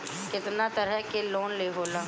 केतना तरह के लोन होला?